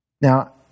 Now